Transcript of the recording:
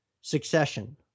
Succession